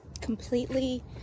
completely